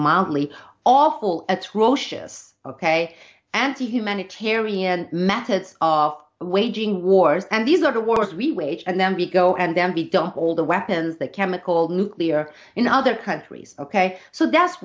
mildly awful at roche's ok anti humanitarian methods of waging wars and these are the wars we wage and then be go and then be done all the weapons the chemical nuclear in other countries ok so that's